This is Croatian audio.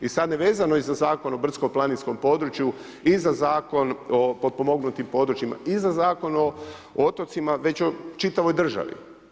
I sad nevezano i za zakon o brdsko planinskom području i za zakon o potpomognutim područjima i za zakon o otocima, već o čitavoj državi.